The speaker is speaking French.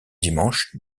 dimanche